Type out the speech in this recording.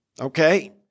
okay